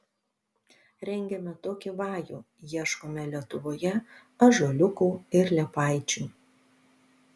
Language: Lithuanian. rengėme tokį vajų ieškome lietuvoje ąžuoliukų ir liepaičių